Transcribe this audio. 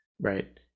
right